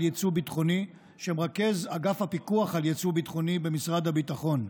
יצוא ביטחוני שמרכז אגף הפיקוח על יצוא ביטחוני במשרד הביטחון.